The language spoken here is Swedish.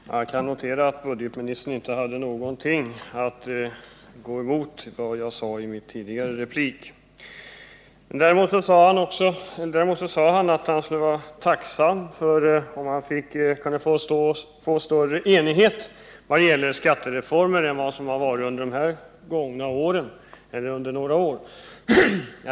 Herr talman! Jag kan notera att budgetministern inte hade någonting att sätta emot det jag sade i min tidigare replik. Däremot sade budgetministern att han skulle vara tacksam om man kunde uppnå en större enighet i fråga om skattereformer än som varit fallet under de senaste åren.